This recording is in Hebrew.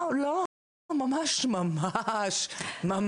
לא, לא, ממש-ממש לא.